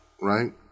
right